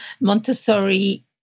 Montessori